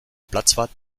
platzwart